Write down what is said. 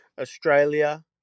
Australia